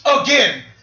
Again